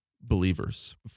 believers